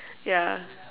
yeah